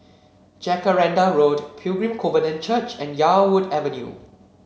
Jacaranda Road Pilgrim Covenant Church and Yarwood Avenue